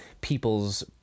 people's